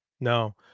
No